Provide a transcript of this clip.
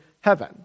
heaven